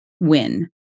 win